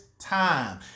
time